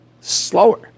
slower